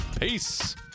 Peace